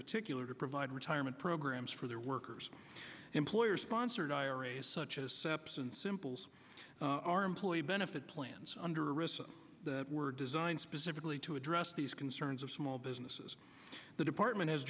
particular to provide retirement programs for their workers employer sponsored iras such as steps and simples our employee benefit plans under risk that were designed specifically to address these concerns of small businesses the department has